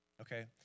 okay